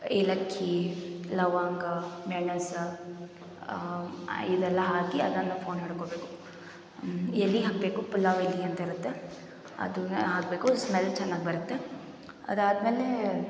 ಏಲಕ್ಕಿ ಲವಂಗ ಮೆಣಸು ಇದೆಲ್ಲ ಹಾಕಿ ಅದನ್ನು ಫೊಣೆ ಮಾಡ್ಕೋಬೇಕು ಎಲೆ ಹಾಕಬೇಕು ಪುಲಾವ್ ಎಲೆ ಅಂತಿರುತ್ತೆ ಅದನ್ನ ಹಾಕಬೇಕು ಸ್ಮೆಲ್ ಚೆನ್ನಾಗ್ ಬರುತ್ತೆ ಅದಾದಮೇಲೆ